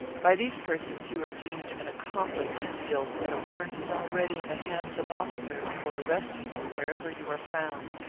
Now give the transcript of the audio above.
by these persons you are deemed an accomplice in his guilt, and a warrant is already in the hands of officers for arresting you wherever you are found.